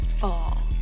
fall